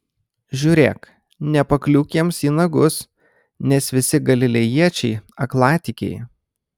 žiūrėk nepakliūk jiems į nagus nes visi galilėjiečiai aklatikiai